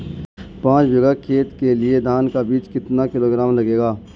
पाँच बीघा खेत के लिये धान का बीज कितना किलोग्राम लगेगा?